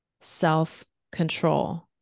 self-control